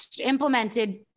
implemented